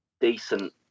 decent